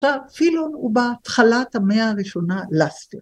‫בהתחלת המאה הראשונה, ‫לסטר.